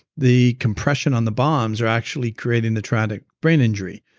the compression on the bombs are actually creating the traumatic brain injury.